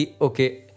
Okay